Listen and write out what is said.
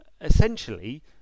essentially